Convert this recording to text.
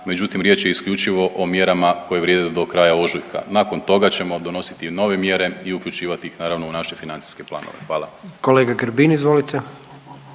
međutim, riječ je isključivo o mjerama koje vrijede do kraja ožujka. Nakon toga ćemo donositi nove mjere i uključivati ih, naravno u naše financijske planove. Hvala. **Jandroković,